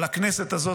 אבל הכנסת הזאת,